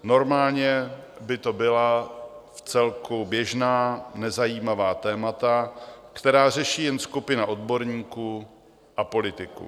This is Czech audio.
Normálně by to byla vcelku běžná nezajímavá témata, která řeší jen skupina odborníků a politiků.